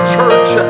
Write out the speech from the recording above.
church